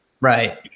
Right